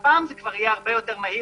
הפעם זה כבר יהיה הרבה יותר מהיר,